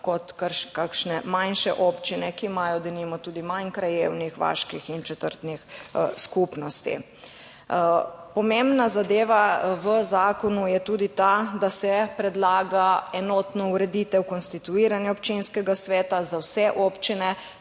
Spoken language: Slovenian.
kot kakšne manjše občine, ki imajo denimo tudi manj krajevnih, vaških in četrtnih skupnosti. Pomembna zadeva v zakonu je tudi ta, da se predlaga enotna ureditev konstituiranja občinskega sveta za vse občine,